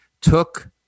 took